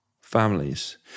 families